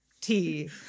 tea